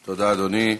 תודה, אדוני.